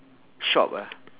shop ah